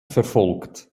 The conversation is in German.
verfolgt